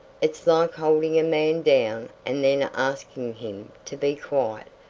it's like holding a man down and then asking him to be quiet.